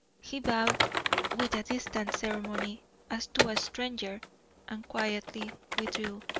he bowed with distant ceremony as to a stranger and quietly withdrew.